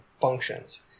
functions